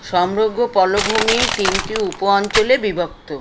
সমরোগ্য পলোভূমি তিনটি উপঅঞ্চলে বিভক্ত